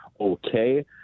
okay